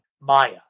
Maya